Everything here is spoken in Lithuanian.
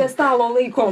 prie stalo laikom